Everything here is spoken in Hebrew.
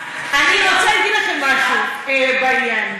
אני רוצה להגיד לכם משהו בעניין.